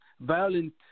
violent